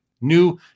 new